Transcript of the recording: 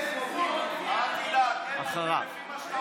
כמה?